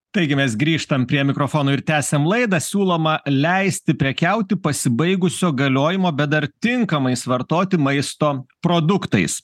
taigi mes grįžtam prie mikrofono ir tęsiam laidą siūloma leisti prekiauti pasibaigusio galiojimo bet dar tinkamais vartoti maisto produktais